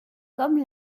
comme